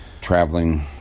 traveling